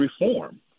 reform